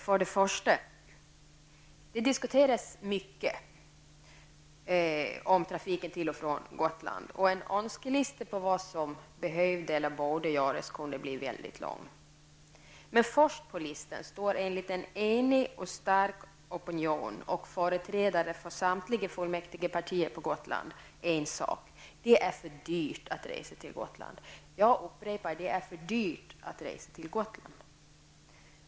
För det första: Det diskuteras mycket om trafiken till och från Gotland, och en önskelista på vad som borde göras kunde bli mycket lång. Men först på listan står enligt en enig och stark opinion och företrädare för samtliga fullmäktigepartier i Gotlands kommun en sak: Det är för dyrt att resa till Gotland. Jag upprepar: Det är för dyrt att resa till Gotland.